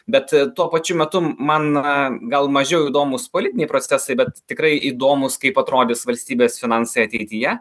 bet tuo pačiu metu man na gal mažiau įdomūs politiniai procesai bet tikrai įdomūs kaip atrodys valstybės finansai ateityje